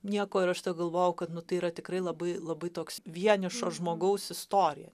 nieko ir aš tada galvojau kad nu tai yra tikrai labai labai toks vienišo žmogaus istorija